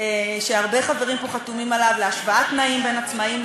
הרווחה והבריאות.